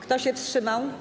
Kto się wstrzymał?